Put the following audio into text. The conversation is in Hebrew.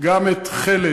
גם עם "חלד",